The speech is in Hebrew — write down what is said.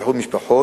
הטרחת את היושב-ראש,